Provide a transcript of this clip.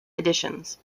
editions